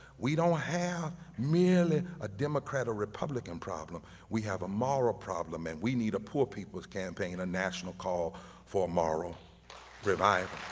we don't have merely a democrat or republican problem we have a moral problem and we need a poor people's campaign, a national call for moral revival.